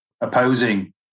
opposing